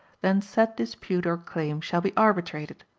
then said dispute or claim shall be arbitrated.